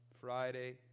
Friday